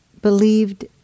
believed